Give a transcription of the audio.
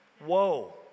whoa